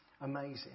amazing